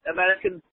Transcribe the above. American